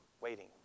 waiting